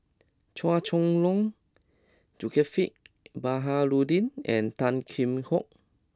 Chua Chong Long Zulkifli Baharudin and Tan Kheam Hock